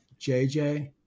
JJ